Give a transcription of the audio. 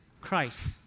Christ